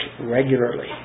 regularly